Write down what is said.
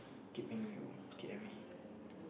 keep in view k_i_v